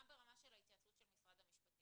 גם ברמה של התייעצות של משרד המשפטים.